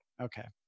Okay